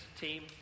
team